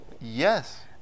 yes